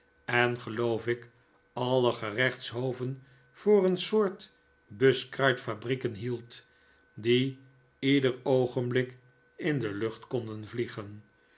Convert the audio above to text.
en geloof ik alle gerechtshoven voor een soort buskruitfabrieken hield die ieder oogenblik in de lucht konden vliegen